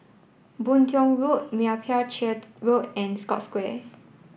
Boon Tiong Road Meyappa Chettiar Road and Scotts Square